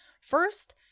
First